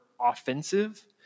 offensive